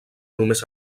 només